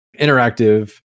Interactive